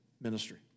ministry